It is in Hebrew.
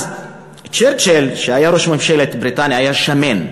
אז צ'רצ'יל, שהיה ראש ממשלת בריטניה, היה שמן,